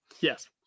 yes